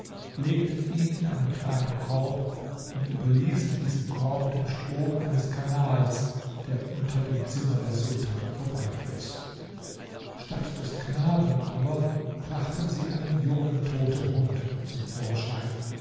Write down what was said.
legten ihn in einen kleinen korb und überließen diesen korb dem strom eines kanals der unter den zimmer der sultanin vorbeifloß statt des knaben aber brachten sie einen jungen toten hund zum vorschein